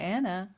Anna